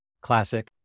classic